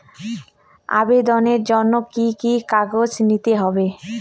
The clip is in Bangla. আবেদনের জন্য কি কি কাগজ নিতে হবে?